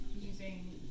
Using